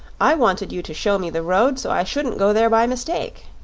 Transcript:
i wanted you to show me the road, so i shouldn't go there by mistake.